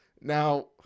Now